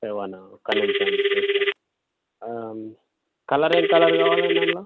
ఏమన్నాఒక నిమిషం చూస్తాను కలర్ ఏమి కలర్ కావాలండి అందులో